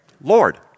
lord